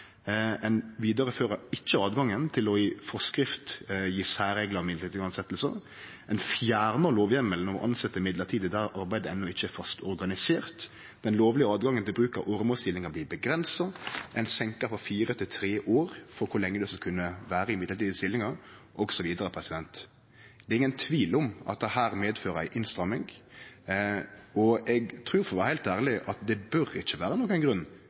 Ein vidarefører ikkje åtgangen til å i forskrift gje særreglar om mellombels tilsetjingar. Ein fjernar lovheimelen om å tilsetje mellombels der arbeidet enno ikkje er fast organisert. Den lovlege åtgangen til bruk av åremålsstillingar blir avgrensa, ein seinkar tida frå fire til tre år når det gjeld kor lenge ein skal kunne vere i mellombels stillingar, osv. Det er ingen tvil om at dette medfører ei innstramming. Og eg trur, for å vere heilt ærleg, at det ikkje bør vere nokon grunn